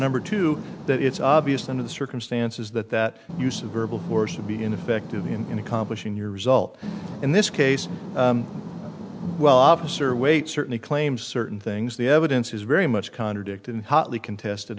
number two that it's obvious that in the circumstances that that use of verbal words should be ineffective in accomplishing your result in this case well officer wait certainly claim certain things the evidence is very much contradicted hotly contested